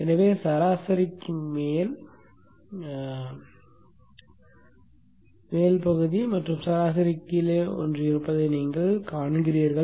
எனவே சராசரிக்கு மேல் பகுதி மற்றும் சராசரிக்குக் கீழே ஒன்று இருப்பதை நீங்கள் காண்கிறீர்கள்